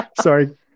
Sorry